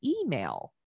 email